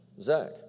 Zach